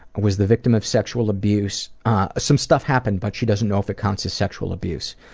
was the victim of sexual abuse some stuff happened but she doesn't know if it counts as sexual abuse.